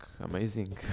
Amazing